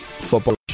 Football